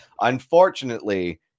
Unfortunately